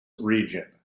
region